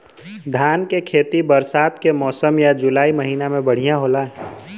धान के खेती बरसात के मौसम या जुलाई महीना में बढ़ियां होला?